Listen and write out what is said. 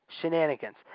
shenanigans